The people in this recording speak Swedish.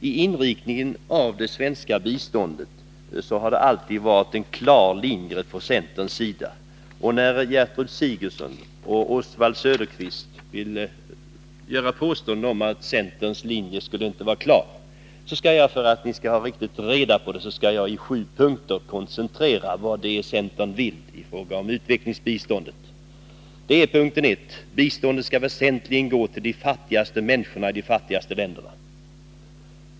Centern har alltid haft en klar linje beträffande inriktningen av det svenska biståndet. När därför Gertrud Sigurdsen och Oswald Söderqvist påstår att centerns linje inte skulle vara det, vill jag i sju koncentrerade punkter ange vad centern vill i fråga om utvecklingsbiståndet. 1. Biståndet skall väsentligen gå till de fattigaste människorna i de fattigaste länderna.